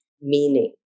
meaning